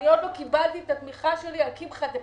עוד לא קיבלתי את התמיכה שלי לפסח.